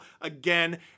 again